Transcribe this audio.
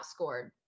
outscored